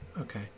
Okay